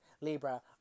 Libra